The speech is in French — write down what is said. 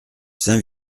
saint